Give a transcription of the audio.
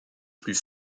plus